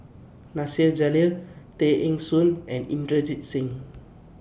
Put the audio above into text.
Nasir Jalil Tay Eng Soon and Inderjit Singh